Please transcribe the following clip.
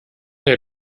der